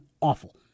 awful